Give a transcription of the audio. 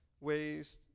ways